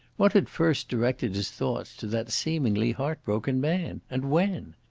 what had first directed his thoughts to that seemingly heart-broken man? and when?